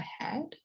ahead